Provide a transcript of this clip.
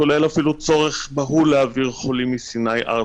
כולל אפילו צורך בהול להעביר חולים מסיני ארצה.